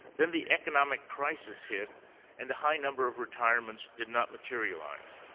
then the economic crisis hit and the high number of retirement did not materialize.